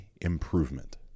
improvement